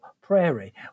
prairie